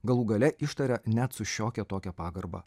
galų gale ištaria net su šiokia tokia pagarba